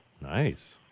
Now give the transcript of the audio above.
Nice